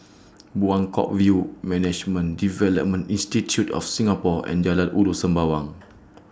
Buangkok View Management Development Institute of Singapore and Jalan Ulu Sembawang